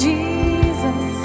Jesus